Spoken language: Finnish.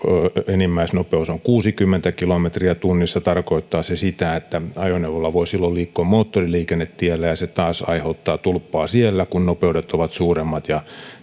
enimmäisnopeus on kuusikymmentä kilometriä tunnissa tarkoittaa se sitä että ajoneuvolla voi silloin liikkua moottoriliikennetiellä ja se taas aiheuttaa tulppaa siellä kun nopeudet ovat suuremmat ja